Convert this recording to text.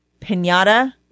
pinata